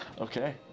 Okay